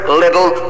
little